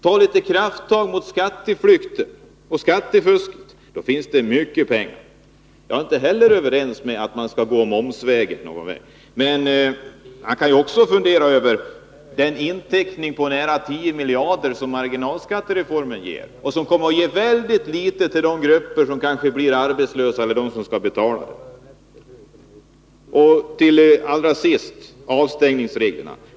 Tag krafttag mot skatteflykten och skattefusket. Där finns mycket pengar. Jag är inte heller ense med socialdemokraterna om att man skall gå momsvägen, men man kan fundera över de 10 miljarder som marginalskattereformen ger och som kommer att ge mycket litet till de grupper som kanske blir arbetslösa eller dem som skall betala. Låt mig allra sist beröra avstängningsreglerna.